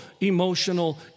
emotional